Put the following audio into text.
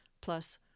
plus